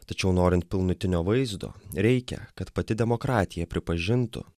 tačiau norint pilnutinio vaizdo reikia kad pati demokratija pripažintų